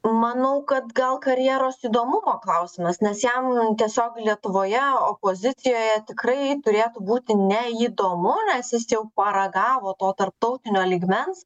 manau kad gal karjeros įdomumo klausimas nes jam tiesiog lietuvoje opozicijoje tikrai turėtų būti neįdomu nes jis jau paragavo to tarptautinio lygmens